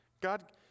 God